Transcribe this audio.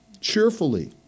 cheerfully